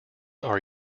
are